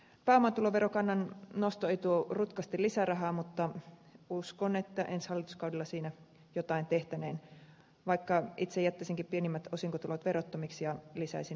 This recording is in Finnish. pääomatuloverokannan nosto ei tuo rutkasti lisärahaa mutta uskon että ensi hallituskaudella siinä jotain tehtäneen vaikka itse jättäisinkin pienimmät osinkotulot verottomiksi ja lisäisin suurosingonsaajien verotaakkaa